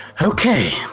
Okay